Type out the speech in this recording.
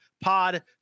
pod